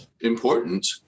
important